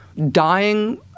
Dying